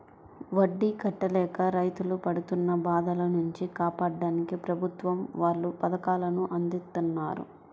వడ్డీ కట్టలేక రైతులు పడుతున్న బాధల నుంచి కాపాడ్డానికి ప్రభుత్వం వాళ్ళు పథకాలను అందిత్తన్నారు